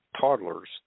toddlers